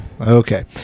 okay